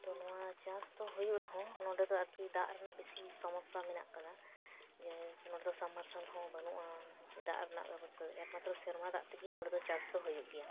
ᱛᱚ ᱱᱚᱶᱟ ᱪᱟᱥ ᱫᱚ ᱦᱩᱭᱩᱜ ᱨᱮᱦᱚᱸ ᱱᱚᱸᱰᱮ ᱫᱚ ᱟᱨᱠᱤ ᱫᱟᱜ ᱨᱮᱱᱟᱜ ᱵᱮᱥᱤ ᱥᱚᱢᱚᱥᱥᱟ ᱢᱮᱱᱟᱜ ᱟᱠᱟᱫᱟ ᱡᱮ ᱱᱚᱸᱰᱮ ᱫᱚ ᱥᱟᱢ ᱢᱟᱨᱥᱟᱞ ᱦᱚᱸ ᱵᱟᱱᱩᱜᱼᱟ ᱫᱟᱜ ᱨᱮᱱᱟᱜ ᱵᱮᱵᱚᱥᱛᱟ ᱮᱠᱢᱟᱛᱨᱚ ᱥᱮᱨᱢᱟ ᱫᱟᱜ ᱛᱮᱜᱮ ᱱᱚᱰᱮ ᱫᱚ ᱪᱟᱥ ᱫᱚ ᱦᱩᱭᱩᱜ ᱜᱮᱭᱟ